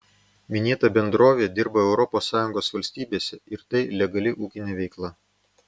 minėta bendrovė dirba europos sąjungos valstybėse ir tai legali ūkinė veikla